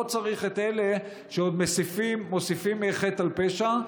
ולא צריך את אלה שעוד מוסיפים חטא על פשע.